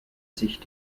sich